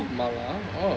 soup mala ah